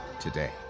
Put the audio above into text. today